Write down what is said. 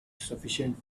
sufficient